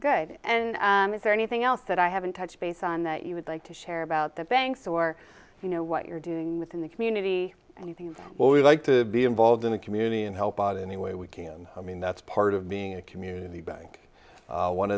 good and is there anything else that i haven't touched base on that you would like to share about the banks or you know what you're doing within the community and you think well we like to be involved in the community and help out in any way we can i mean that's part of being a community bank